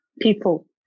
People